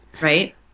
right